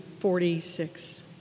46